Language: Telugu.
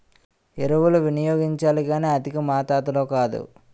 ఎరువులు వినియోగించాలి కానీ అధికమాతాధిలో కాదు